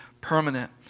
permanent